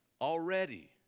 already